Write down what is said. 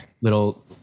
little